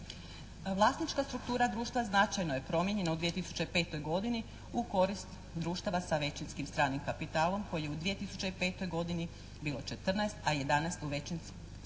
Vlasnička struktura društva značajno je promijenjena u 2005. godini u korist društava sa većinskim stranim kapitalom koji je u 2005. godini bilo 14 a 11 s većinskim domaćim